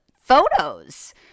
photos